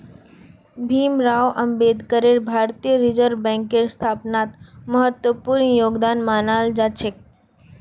भीमराव अम्बेडकरेर भारतीय रिजर्ब बैंकेर स्थापनात महत्वपूर्ण योगदान माना जा छे